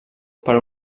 per